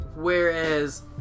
whereas